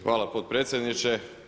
Hvala potpredsjedniče.